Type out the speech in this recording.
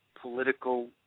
political